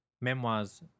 memoirs